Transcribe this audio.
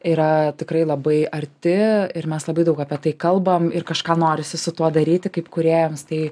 yra tikrai labai arti ir mes labai daug apie tai kalbam ir kažką norisi su tuo daryti kaip kūrėjams tai